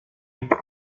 بیای